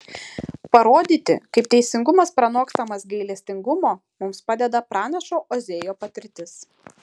parodyti kaip teisingumas pranokstamas gailestingumo mums padeda pranašo ozėjo patirtis